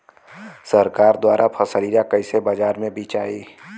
सरकार द्वारा फसलिया कईसे बाजार में बेचाई?